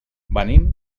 venim